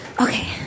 Okay